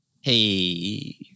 Hey